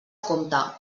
compte